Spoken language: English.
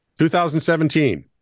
2017